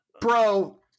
bro